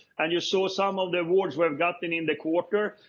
and you saw some of the awards we have gotten in the quarter.